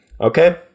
Okay